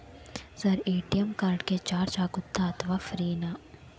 Sir ATM card ಗೆ charge ಆಗುತ್ತಾ ಅಥವಾ ಫ್ರೇ ನಾ?